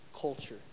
culture